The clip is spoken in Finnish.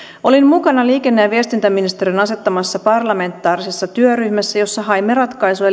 olin mukana liikenne ja viestintäministeriön asettamassa parlamentaarisessa työryhmässä jossa haimme ratkaisuja